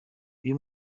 uyu